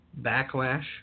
backlash